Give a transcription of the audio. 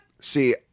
see